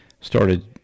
started